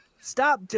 Stop